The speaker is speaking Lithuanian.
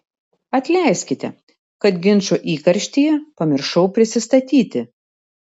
atleiskite kad ginčo įkarštyje pamiršau prisistatyti